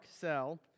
cell